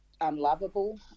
unlovable